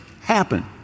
happen